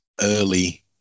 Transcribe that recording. early